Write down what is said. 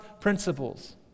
principles